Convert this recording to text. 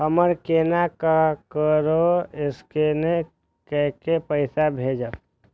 हम केना ककरो स्केने कैके पैसा भेजब?